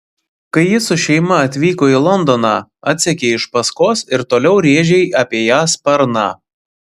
kai ji su šeima atvyko į londoną atsekei iš paskos ir toliau rėžei apie ją sparną